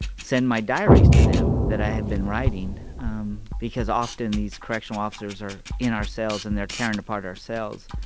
send my diaries to them that i had been writing um because often these correctional officers are in our cells and they're tearing apart our cells,